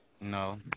No